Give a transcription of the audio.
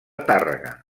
tàrrega